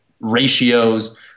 ratios